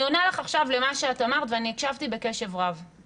אני עונה לך עכשיו למה שאת אמרת ואני הקשבתי בקשב רב.